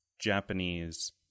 Japanese